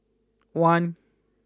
one